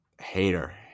hater